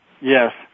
Yes